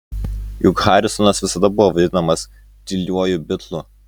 juk harrisonas visada buvo vadinamas tyliuoju bitlu